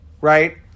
right